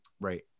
Right